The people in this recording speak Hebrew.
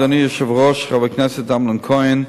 אדוני היושב-ראש, חבר הכנסת אמנון כהן,